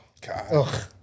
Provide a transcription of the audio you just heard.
God